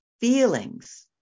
Feelings